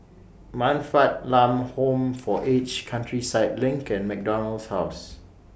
Man Fatt Lam Home For Aged Countryside LINK and MacDonald House